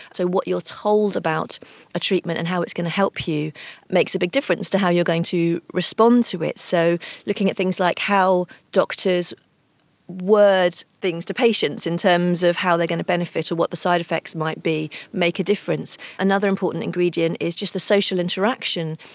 so what you are told about a treatment and how it's going to help you makes a big difference to how you are going to respond to it. so looking at things like how doctors word things to patients in terms of how they are going to benefit or what the side-effects might be make a difference. another important ingredient is just the social interaction.